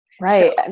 Right